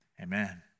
Amen